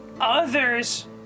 others